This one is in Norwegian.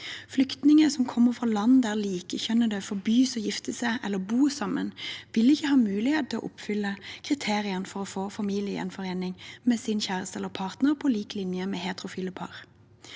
Flyktninger som kommer fra land der likekjønnede forbys å gifte seg eller bo sammen, vil ikke ha mulighet til å oppfylle kriteriene for å få familiegjenforening med sin kjæreste eller partner på lik linje med heterofile par.